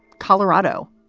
colorado,